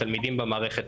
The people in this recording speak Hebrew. התלמידים במערכת,